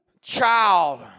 child